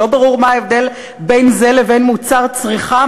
לא ברור מה ההבדל בין זה לבין מוצר צריכה,